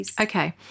Okay